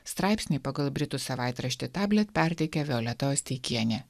straipsniai pagal britų savaitraštį tablet perteikė violeta oisteikienė